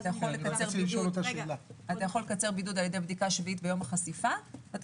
אתה יכול לקצר בידוד על ידי בדיקה ביום השביעי מיום החשיפה,